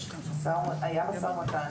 היה משא ומתן,